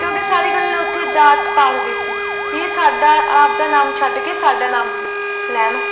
ਕਿਉਂਕਿ ਸਾਰੀ ਗੱਲ ਉੱਥੇ ਜਾਤ ਪਾਤ ਦੀ ਸੀ ਵੀ ਇਹ ਸਾਡਾ ਆਪਦਾ ਨਾਮ ਛੱਡ ਕੇ ਸਾਡਾ ਨਾਮ ਲੈਣ